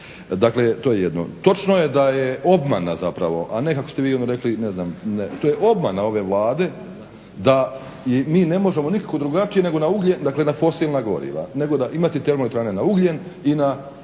Dakle, to je jedno. Točno je da je obmana zapravo, a ne kako ste vi ono rekli ne znam, to je obmana ove Vlade da mi ne možemo nikako drugačije nego na ugljen, dakle na fosilna goriva, nego imati termoelektrane na ugljen i na plin kako